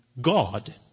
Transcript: God